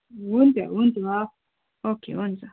हुन्छ हुन्छ हवस् ओके हुन्छ